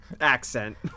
accent